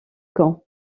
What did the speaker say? camp